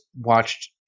watched